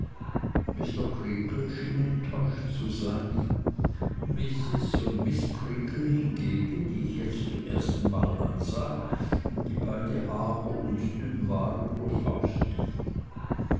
mr creakle schien enttäuscht zu sein mrs und miß creakle hingegen die ich jetzt zum erstenmal ansah und die beide hager und dünn waren durchaus nicht